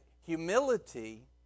humility